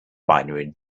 binary